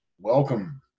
welcome